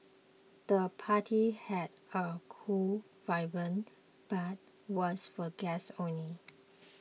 the party had a cool vibe but was for guests only